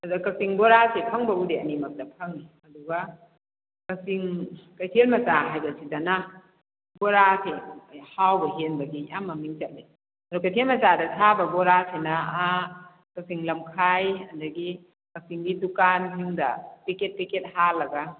ꯑꯦꯗꯣ ꯀꯥꯛꯆꯤꯡ ꯕꯣꯔꯥꯁꯦ ꯐꯪꯕꯕꯨꯗꯤ ꯑꯅꯤꯃꯠ ꯐꯪꯏ ꯑꯗꯨꯒ ꯀꯛꯆꯤꯡ ꯀꯩꯊꯦꯜ ꯃꯆꯥ ꯍꯥꯏꯕꯁꯤꯗꯅ ꯕꯣꯔꯥꯁꯦ ꯍꯥꯎꯕ ꯍꯦꯟꯕꯒꯤ ꯌꯥꯝ ꯃꯃꯤꯡ ꯆꯠꯂꯤ ꯑꯗꯣ ꯀꯩꯊꯦꯜ ꯃꯆꯥꯗ ꯁꯥꯕ ꯕꯣꯔꯥꯁꯤꯅ ꯑꯥ ꯀꯛꯆꯤꯡ ꯂꯝꯈꯥꯏ ꯑꯗꯒꯤ ꯀꯛꯆꯤꯡꯒꯤ ꯗꯨꯀꯥꯟꯗ ꯄꯦꯛꯀꯦꯠ ꯄꯦꯛꯀꯦꯠ ꯍꯥꯟꯂꯒ